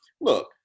Look